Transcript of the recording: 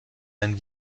ein